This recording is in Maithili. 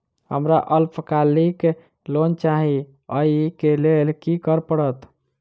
हमरा अल्पकालिक लोन चाहि अई केँ लेल की करऽ पड़त?